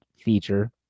feature